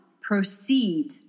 Proceed